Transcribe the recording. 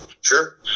sure